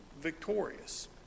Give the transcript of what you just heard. victorious